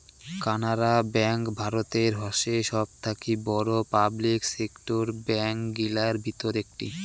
Canara bank ভারতের হসে সবথাকি বড়ো পাবলিক সেক্টর ব্যাঙ্ক গিলার ভিতর একটি